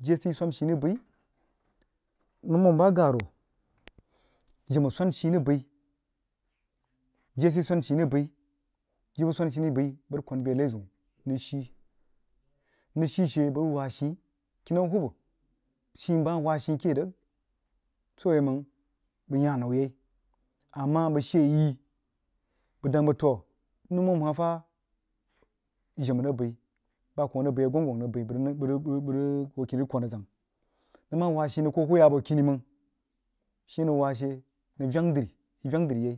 Jesiey swan shii rig bəa noumum ba-garo jima swan shi rig bəg jesiey swan shii rig bəa bəg rig swan abe lai zəun mrig shii nrig shi she bəg rig wah shii kinan hubba shii bəg mah wah ghii keh rig swoh a waí mang bəg yahn nou yai amah bəg shee yi bəg dang bəg th noumum hah fah jima rig bəa bah kwoh rig bəa agongong rig bəa hoo kini rig kwan azang nəng mah wah shii rig hoo kuh yah kwoi kimi mag shi, a nəng wah she nəng veng drí nəng veng drí yai